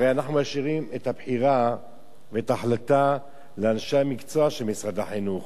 הרי אנחנו משאירים את הבחירה ואת ההחלטה לאנשי המקצוע של משרד החינוך.